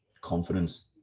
confidence